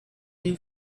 new